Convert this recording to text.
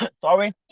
sorry